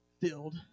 Filled